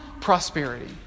prosperity